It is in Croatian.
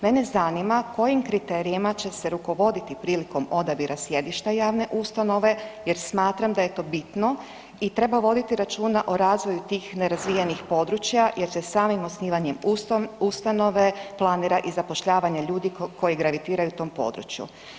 Mene zanima kojim kriterijima će se rukovoditi prilikom odabira sjedišta javne ustanove, jer smatram da je to bitno i treba voditi računa o razvoju tih nerazvijenih područja jer će samim osnivanjem ustanove planira i zapošljavanje ljudi koji gravitiraju u tom području.